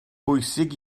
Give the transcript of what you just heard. bwysig